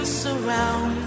surround